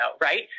right